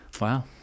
wow